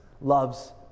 loves